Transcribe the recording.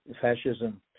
fascism